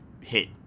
hit